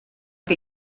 que